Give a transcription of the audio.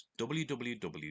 www